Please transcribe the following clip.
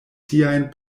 siajn